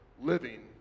living